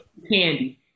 candy